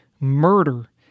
murder